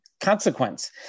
consequence